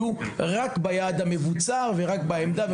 והם יהיו רק בצד המבוצר ורק בעמדה.